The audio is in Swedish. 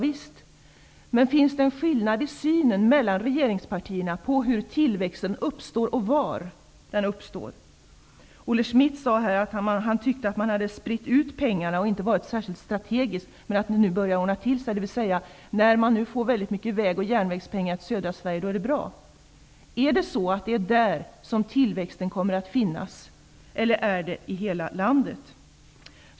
Visst skall vi ha det. Men finns det hos regeringspartierna en skillnad i synen på hur tillväxten uppstår och var den uppstår? Olle Schmidt sade här att han ansåg att man hade spritt ut pengarna och inte varit särskilt strategisk, men att det nu börjar ordna till sig, dvs. att det är bra när man nu får väldigt mycket pengar till järnvägar och vägar i södra Sverige. Är det där tillväxten kommer att finnas, eller är det i hela landet?